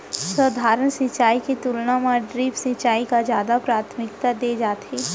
सधारन सिंचाई के तुलना मा ड्रिप सिंचाई का जादा प्राथमिकता दे जाथे